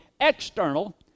external